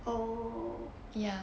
oh